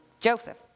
Joseph